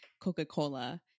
Coca-Cola